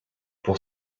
pour